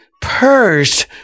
purged